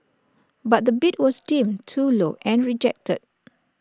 but the bid was deemed too low and rejected